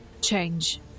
change